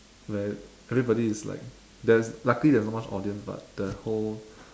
where everybody is like there's luckily there's not much audience but the whole